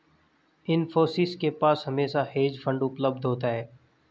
इन्फोसिस के पास हमेशा हेज फंड उपलब्ध होता है